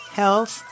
health